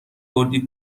کردی